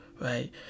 Right